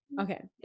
Okay